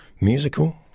musical